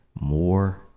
more